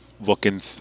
looking